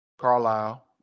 Carlisle